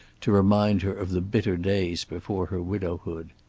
to remind her of the bitter days before her widowhood.